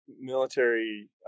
military